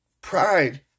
pride